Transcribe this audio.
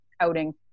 outing